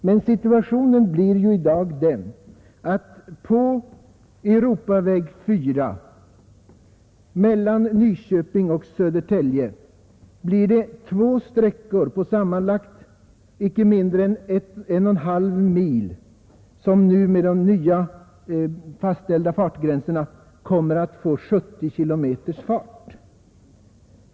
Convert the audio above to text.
Men situationen är i dag den att det på Europaväg 4 mellan Nyköping och Södertälje blir två sträckor om sammanlagt icke mindre än en och en halv mil där det, enligt de nu fastställda fartgränserna, kommer att tillåtas en hastighet av 70 km/tim.